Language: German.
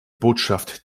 botschaft